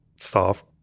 soft